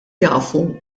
jafu